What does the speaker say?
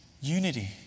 unity